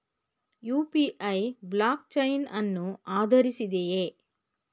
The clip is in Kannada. ಯು.ಪಿ.ಐ ಬ್ಲಾಕ್ ಚೈನ್ ಅನ್ನು ಆಧರಿಸಿದೆಯೇ?